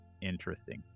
interesting